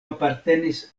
apartenis